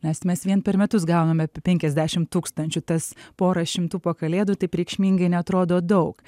nes mes vien per metus gauname apie penkiasdešim tūkstančių tas porą šimtų po kalėdų taip reikšmingai neatrodo daug